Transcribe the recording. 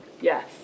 Yes